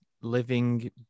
Living